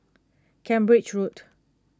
Cambridge Road